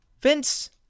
Vince